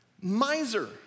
Miser